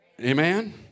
Amen